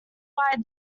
wide